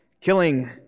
killing